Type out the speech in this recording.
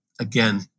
again